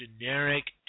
generic